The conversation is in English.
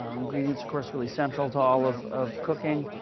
um ingredients, of course, really central to all of of cooking.